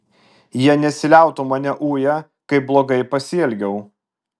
jie nesiliautų mane uję kaip blogai pasielgiau